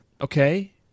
Okay